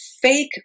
fake